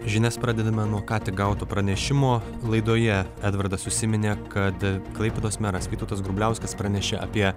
žinias pradedame nuo ką tik gauto pranešimo laidoje edvardas užsiminė kad klaipėdos meras vytautas grubliauskas pranešė apie